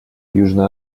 южная